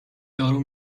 آروم